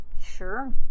Sure